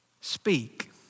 speak